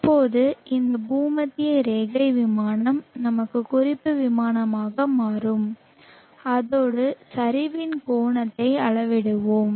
இப்போது இந்த பூமத்திய ரேகை விமானம் நமக்கு குறிப்பு விமானமாக மாறும் அதோடு சரிவின் கோணத்தை அளவிடுவோம்